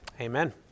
Amen